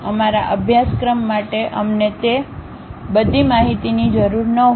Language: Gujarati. અમારા અભ્યાસક્રમ માટે અમને તે બધી માહિતીની જરૂર ન હોય